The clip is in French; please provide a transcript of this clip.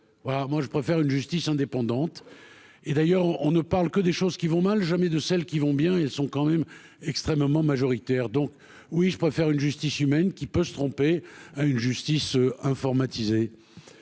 alors moi je préfère une justice indépendante et d'ailleurs on on ne parle que des choses qui vont mal, jamais de celles qui vont bien, ils sont quand même extrêmement majoritaire, donc oui, je préfère une justice humaine qui peuvent se tromper à une justice informatisé,